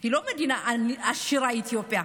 היא לא מדינה עשירה, אתיופיה.